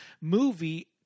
movie